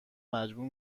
مجبور